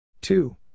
Two